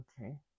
okay